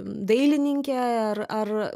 dailininkė ar ar